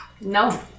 No